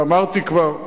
ואמרתי כבר,